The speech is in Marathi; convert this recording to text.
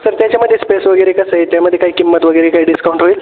सर त्याच्यामध्ये स्पेस वगैरे कसं आहे त्यामध्ये काही किंमत वगैरे काही डिस्काउंट होईल